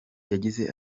yagize